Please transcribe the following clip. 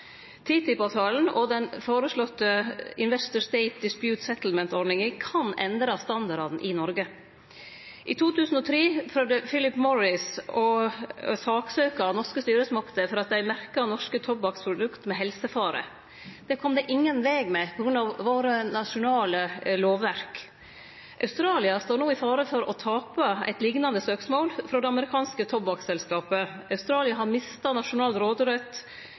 og den føreslåtte Investor-state dispute settlement-ordninga kan endre standardane i Noreg. I 2003 prøvde Philip Morris å saksøkje norske styresmakter for at dei merkte norske tobakksprodukt med helsefare. Det kom dei ingen veg med på grunn av vårt nasjonale lovverk. Australia står no i fare for å tape eit likande søksmål frå det amerikanske tobakkselskapet. Australia har mista nasjonal råderett